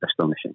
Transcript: Astonishing